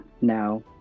now